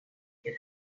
get